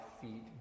feet